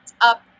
up